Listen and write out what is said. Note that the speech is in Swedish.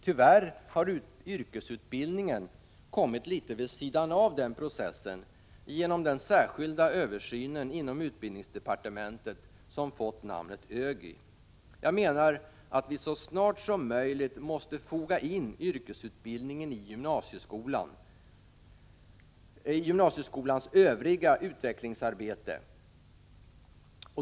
Tyvärr har yrkesutbildningen kommit litet vid sidan av den processen, genom den särskilda översynen inom utbildningsdepartementet som fått namnet ÖGY. Jag menar att vi så snart som möjligt måste foga in yrkesutbildningen i gymnasieskolans övriga utvecklingsarbete.